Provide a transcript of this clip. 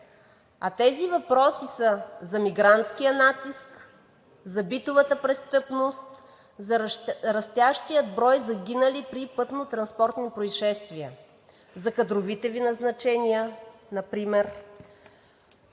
А тези въпроси са за мигрантския натиск, за битовата престъпност, за растящия броя загинали при пътно-транспортни произшествия, за кадровите Ви назначения например